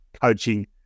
coaching